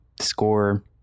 score